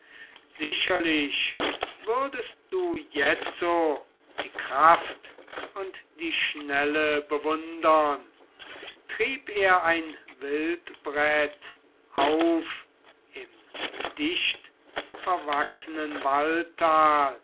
sicherlich würdest du jetzo die kraft und die schnelle bewundern trieb er ein wildbret auf im dichtverwachsenen